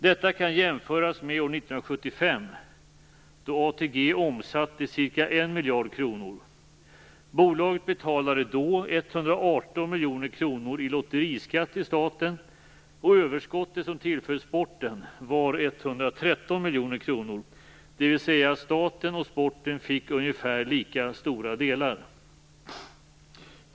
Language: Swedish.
Detta kan jämföras med år 1975 då ATG omsatte ca 1 miljard kronor. Bolaget betalade då 118 miljoner kronor i lotteriskatt till staten och överskottet som tillföll sporten var 113 miljoner kronor, dvs. staten och sporten fick ungefär lika stora delar.